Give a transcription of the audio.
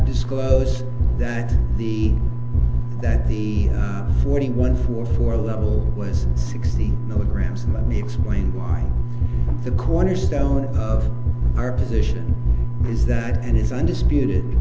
disclose that the the that forty one four four level was sixty milligrams and let me explain why the cornerstone of our position is that and it's undisputed